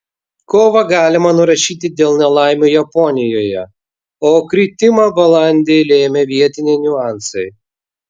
kovą galima nurašyti dėl nelaimių japonijoje o kritimą balandį lėmė vietiniai niuansai